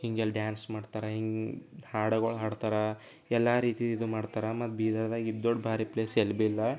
ಹಿಂಗೆಲ್ಲ ಡಾನ್ಸ್ ಮಾಡ್ತಾರ ಹಿಂಗೆ ಹಾಡುಗಳು ಹಾಡ್ತರಾ ಎಲ್ಲ ರೀತಿ ಇದು ಮಾಡ್ತಾರ ಮತ್ತೆ ಬೀದರ್ದಾಗೆ ಇದು ದೊಡ್ಡ ಬ್ಯಾರಿ ಪ್ಲೇಸ್ ಎಲ್ಲಿ ಬೀ ಇಲ್ಲ